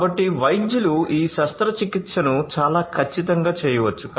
కాబట్టి వైద్యులు ఈ శస్త్రచికిత్సను చాలా ఖచ్చితంగా చేయవచ్చు